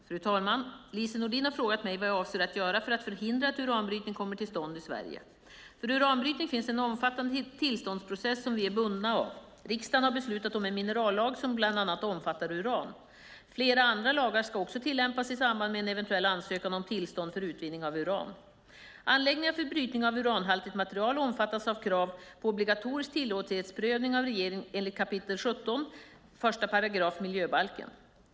Fru talman! Lise Nordin har frågat mig vad jag avser att göra för att förhindra att uranbrytning kommer till stånd i Sverige. För uranbrytning finns en omfattande tillståndsprocess som vi är bundna av. Riksdagen har beslutat om en minerallag som bland annat omfattar uran. Flera andra lagar ska också tillämpas i samband med en eventuell ansökan om tillstånd för utvinning av uran. Anläggningar för brytning av uranhaltigt material omfattas av krav på obligatorisk tillåtlighetsprövning av regeringen enligt 17 kap. 1 § miljöbalken.